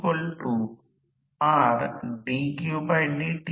ज्यामध्ये बदलणारा प्रतिकार विद्युत स्वरूपात यांत्रिक आऊटपुट दर्शवते